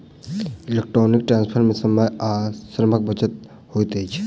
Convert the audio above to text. electronic transfer मे समय आ श्रमक बचत होइत छै